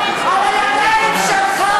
ותמותת התינוקות על הידיים שלך,